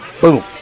boom